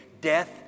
Death